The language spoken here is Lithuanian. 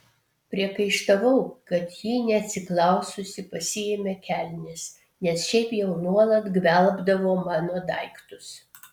priekaištavau kad ji neatsiklaususi pasiėmė kelnes nes šiaip jau nuolat gvelbdavo mano daiktus